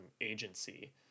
agency